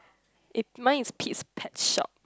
eh mine is Pete's Pet Shop